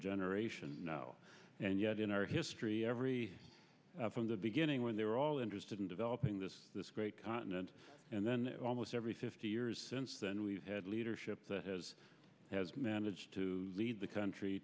generation now and yet in our history every from the beginning when they were all interested in developing this great continent and then almost every fifty years since then we've had leadership that has has managed to lead the country